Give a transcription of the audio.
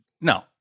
no